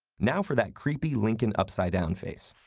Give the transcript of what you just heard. now for that creepy lincoln upside down face.